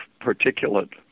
particulate